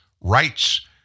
rights